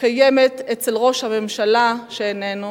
קיימת אצל ראש הממשלה, שאיננו,